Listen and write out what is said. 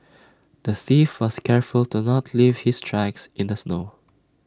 the thief was careful to not leave his tracks in the snow